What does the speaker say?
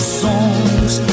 songs